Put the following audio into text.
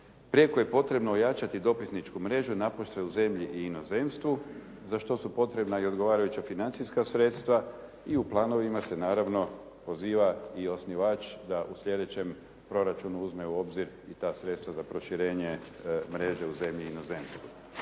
"prijeko je potrebno ojačati dopisničku mrežu naprosto u zemlji i inozemstvu za što su potrebna i odgovarajuća financijska sredstva i u planovima se naravno poziva i osnivač da u sljedećem proračunu uzme u obzir i ta sredstva za proširenje mreže u zemlji i inozemstvu.